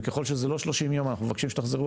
וככל שזה לא 30 יום אנחנו מבקשים שתחזרו